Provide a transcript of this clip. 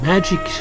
Magic